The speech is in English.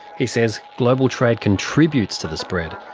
he says global trade contributes to the spread,